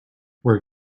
where